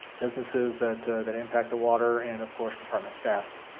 businesses that that impact the water, and of course department staff,